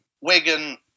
Wigan